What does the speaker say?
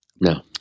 No